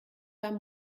pas